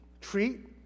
treat